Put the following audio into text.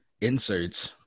inserts